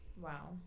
wow